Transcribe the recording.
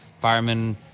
Firemen